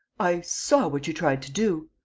i saw what you tried to do.